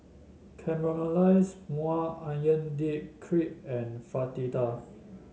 Caramelized Maui Onion Dip Crepe and Fritada